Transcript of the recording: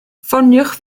ffoniwch